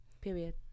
Period